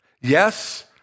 Yes